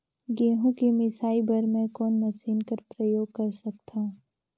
गहूं के मिसाई बर मै कोन मशीन कर प्रयोग कर सकधव?